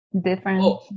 Different